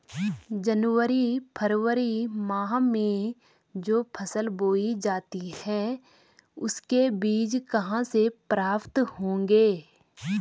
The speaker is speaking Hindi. जनवरी फरवरी माह में जो फसल बोई जाती है उसके बीज कहाँ से प्राप्त होंगे?